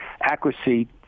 accuracy